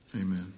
Amen